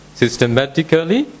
systematically